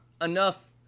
enough